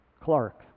Clark